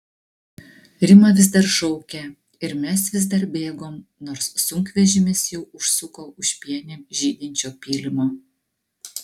rima vis dar šaukė ir mes vis dar bėgom nors sunkvežimis jau užsuko už pienėm žydinčio pylimo